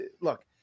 look